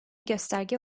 gösterge